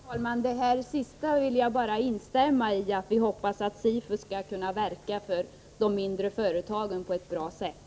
Herr talman! Jag vill instämma i det som Lars Ahlström sade sist. Vi hoppas att SIFU skall kunna verka för de mindre företagen på ett bra sätt.